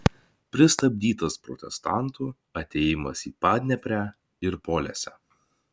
pristabdytas protestantų atėjimas į padneprę ir polesę